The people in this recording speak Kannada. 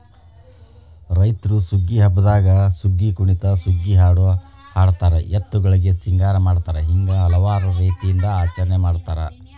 ರೈತ್ರು ಸುಗ್ಗಿ ಹಬ್ಬದಾಗ ಸುಗ್ಗಿಕುಣಿತ ಸುಗ್ಗಿಹಾಡು ಹಾಡತಾರ ಎತ್ತುಗಳಿಗೆ ಸಿಂಗಾರ ಮಾಡತಾರ ಹಿಂಗ ಹಲವಾರು ರೇತಿಯಿಂದ ಆಚರಣೆ ಮಾಡತಾರ